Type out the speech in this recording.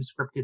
scripted